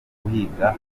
guhiga